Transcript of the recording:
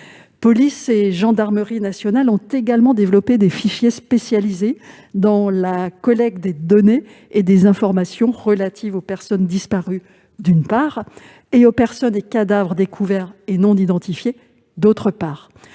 police et la gendarmerie nationales ont également développé des fichiers spécialisés dans la collecte des données et des informations relatives aux personnes disparues, d'une part, et aux personnes et cadavres découverts et non identifiés, d'autre part.